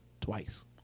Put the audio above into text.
twice